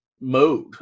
mode